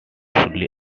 fully